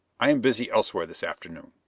i am busy elsewhere this afternoon.